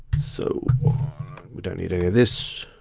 so we don't need any of this.